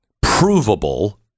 provable